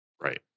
Right